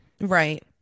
right